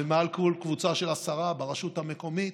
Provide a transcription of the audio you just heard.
ומעל כל קבוצה של עשרה ברשות המקומית,